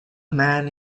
man